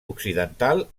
occidental